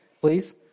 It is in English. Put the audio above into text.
please